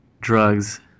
drugs